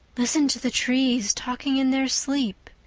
listen to the trees talking in their sleep,